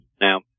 Now